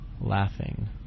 laughing